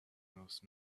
most